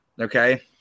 okay